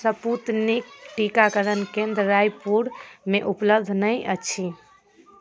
Sputnik टीकाकरण केंद्र रायपुर मे उपलब्ध नहि अछि